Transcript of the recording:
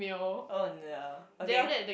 oh no okay